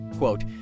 Quote